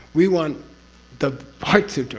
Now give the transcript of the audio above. we want the heart sutra,